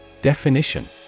Definition